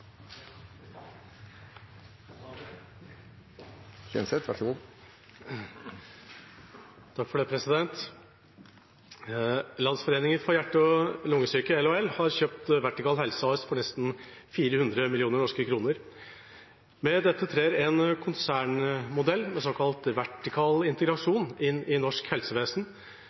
for hjerte- og lungesyke, LHL, har kjøpt Vertikal Helse AS for nesten 400 mill. kr. Med dette trer en konsernmodell med såkalt vertikal integrasjon inn i norsk helsevesen,